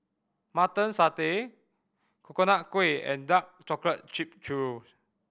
Mutton Satay Coconut Kuih and dark chocolate cheap churro